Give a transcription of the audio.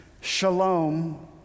shalom